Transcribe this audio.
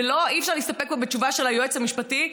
ואי-אפשר להסתפק פה בתשובה של היועץ המשפטי.